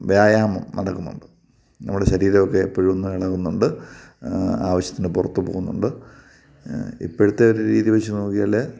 വ്യായാമം നടക്കുന്നുണ്ട് നമ്മുടെ ശരീരമൊക്കെ എപ്പഴുമൊന്ന് ഇളകുന്നുണ്ട് ആവശ്യത്തിന് പുറത്തുപോകുന്നുണ്ട് ഇപ്പോഴത്തെ ഒരു രീതി വച്ചുനോക്കിയാല്